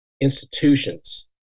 institutions